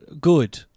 good